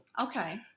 Okay